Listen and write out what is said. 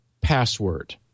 password